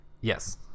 yes